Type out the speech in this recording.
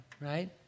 right